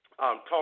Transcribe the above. Talk